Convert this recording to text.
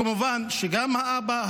כמובן שגם האבא,